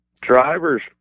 drivers